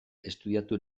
estudiatu